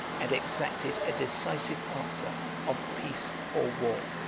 and exacted a decisive answer of peace or war.